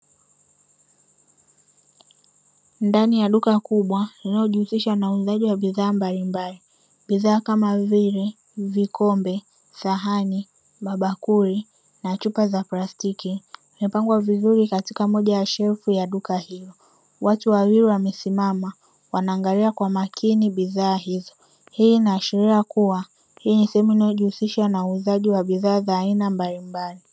Ndani ya duka kubwa linalojihusisha na uuzaji wa bidhaa mbalimbali bidhaa kama vile vikombe, sahani ,mabakuli na chupa za plastiki, imepangwa vizuri katika moja ya shelfu ya duka hilo ,watu wawili wamesimama wanaangalia kwa makini bidhaa hizo, hii inaashiria kuwa hii ni sehemu inayojihusisha na uuzaji wa bidhaa za aina mbalimbali.